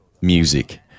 music